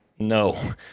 No